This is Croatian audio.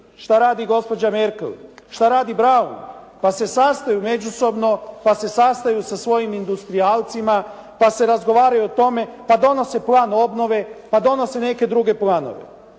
što radi gospođa Merkel, što radi Brown, pa se sastaju međusobno, pa se sastaju sa svojim industrijalcima, pa se razgovaraju o tome, pa donose plan obnove, pa donose neke druge planove.